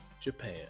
japan